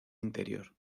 interior